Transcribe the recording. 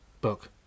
Book